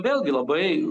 vėlgi labai